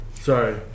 Sorry